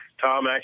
Tom